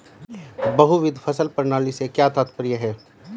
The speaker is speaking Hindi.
बहुविध फसल प्रणाली से क्या तात्पर्य है?